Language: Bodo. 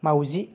माउजि